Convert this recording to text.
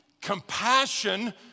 compassion